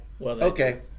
Okay